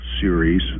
series